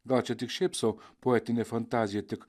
gal čia tik šiaip sau poetinė fantazija tik